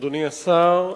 אדוני השר,